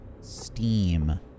Steam